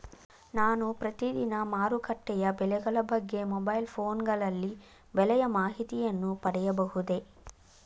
ನಾನು ಪ್ರತಿದಿನ ಮಾರುಕಟ್ಟೆಯ ಬೆಲೆಗಳ ಬಗ್ಗೆ ಮೊಬೈಲ್ ಫೋನ್ ಗಳಲ್ಲಿ ಬೆಲೆಯ ಮಾಹಿತಿಯನ್ನು ಪಡೆಯಬಹುದೇ?